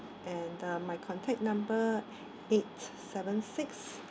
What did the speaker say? and uh my contact number eight seven six